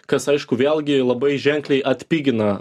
kas aišku vėlgi labai ženkliai atpigina